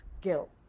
guilt